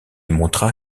montra